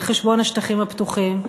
על חשבון השטחים הפתוחים,